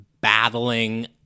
battling